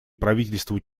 правительству